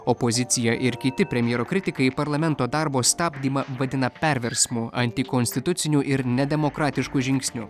opozicija ir kiti premjero kritikai parlamento darbo stabdymą vadina perversmu antikonstituciniu ir nedemokratišku žingsniu